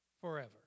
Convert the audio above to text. forever